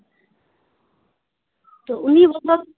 ᱛᱚ ᱩᱱᱤ ᱵᱮᱜᱚᱨ